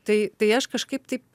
tai tai aš kažkaip taip